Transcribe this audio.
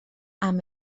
amb